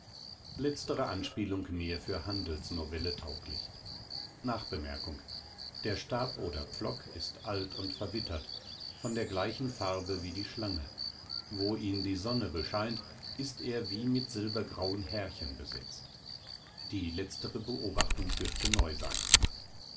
letztere anspielung mehr für handelsnovelle tauglich nb der stab oder pflock ist alt und verwittert von der gleichen farbe wie die schlange wo ihn die sonne bescheint ist er wie mit silbergrauen härchen besetzt die letztere beobachtung dürfte neu sein